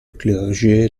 clergé